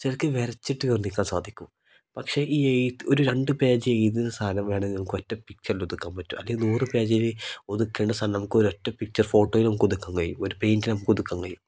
ചിലർക്ക് വരച്ചിട്ട് വർണ്ണിക്കാൻ സാധിക്കും പക്ഷെ ഈ എഴുത്ത് ഒരു രണ്ട് പേജ് എഴുതുന്ന സാധനം വേണമെങ്കിൽ നമുക്ക് ഒറ്റ പിക്ചർൽ ഒതുക്കാൻ പറ്റും അല്ലെങ്കിൽ നൂറ് പേജിൽ ഒതുക്കേണ്ട സാധനം നമുക്ക് ഒറ്റ പിക്ചർ ഫോട്ടോയിൽ നമുക്ക് ഒതുക്കാൻ കഴിയും ഒരു പെയിൻറ്റ്ൽ നമുക്ക് ഒതുക്കാൻ കഴിയും